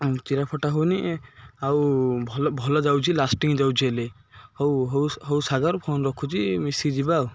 ଚିରା ଫଟା ହଉନି ଆଉ ଭଲ ଭଲ ଯାଉଛି ଲାଷ୍ଟିଂ ଯାଉଛି ହେଲେ ହଉ ହଉ ହଉ ସାଗର ଫୋନ ରଖୁଛି ମିଶିଯିବା ଆଉ